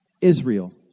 Israel